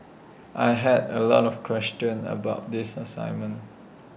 I had A lot of questions about the